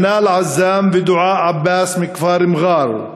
מנאל עזאם ודועאא עבאס מכפר מע'אר,